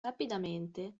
rapidamente